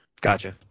Gotcha